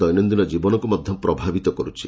ଦୈନନିନ ଜୀବନକୁ ମଧ ପ୍ରଭାବିତ କରୁଛି